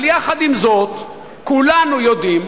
אבל יחד עם זאת, כולנו יודעים